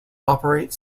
operate